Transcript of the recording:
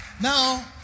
Now